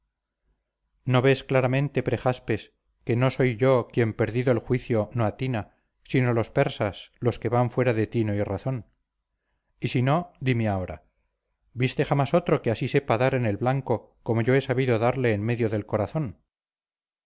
no ves claramente prejaspes que no soy yo quien perdido el juicio no atina sino los persas los que van fuera de tino y razón y si no dime ahora viste jamás otro que así sepa dar en el blanco como yo he sabido darle en medio del corazón